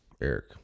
eric